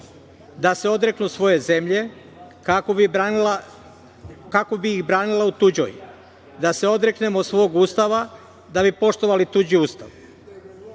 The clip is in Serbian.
da se odreknu svoje zemlje, kako bi ih branila u tuđoj, da se odreknemo svog Ustava da bi poštovali tuđ